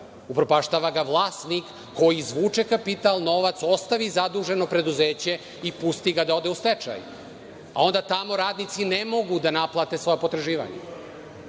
Upropaštava ga vlasnik koji izvuče kapital, novac ostavi za zaduženo preduzeće i pusti ga da ode u stečaj, a onda tamo radnici ne mogu da naplate svoja potraživanja,